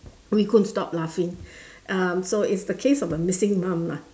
we couldn't stop laughing um so it's the case of a missing mum lah